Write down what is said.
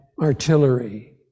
artillery